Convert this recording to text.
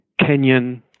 Kenyan